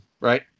Right